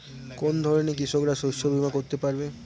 কোন ধরনের কৃষকরা শস্য বীমা করতে পারে?